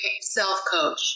self-coach